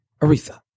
Aretha